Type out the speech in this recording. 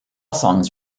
songs